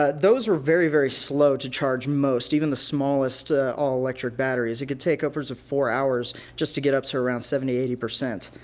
ah those were very, very slow to charge most, even the smallest, all-electric batteries. it could take upwards of four hours just to get up to around seventy, eighty.